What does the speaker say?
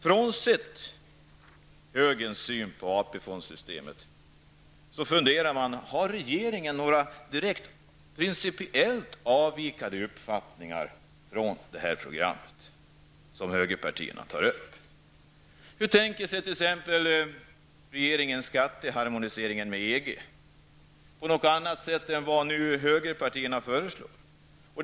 Frånsett högerns syn på AP fondssystemet funderar man över om regeringen har några direkt principiellt avvikande uppfattningar från det program som högerpartierna redovisar. Hur tänker sig t.ex. regeringen skatteharmoniseringen med EG? Skall den ske på något annat sätt än vad som nu föreslås av högerpartierna?